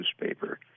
newspaper